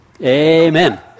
Amen